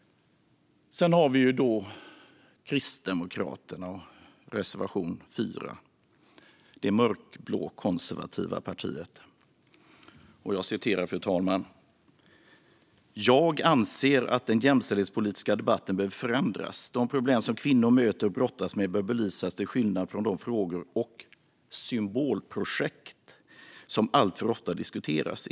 Sedan har vi Kristdemokraterna, det mörkblå, konservativa partiet, och reservation 4. Där står: "Jag anser att den jämställdhetspolitiska debatten behöver förändras. De problem som kvinnor möter och brottas med bör belysas till skillnad från de frågor och symbolprojekt som alltför ofta diskuteras.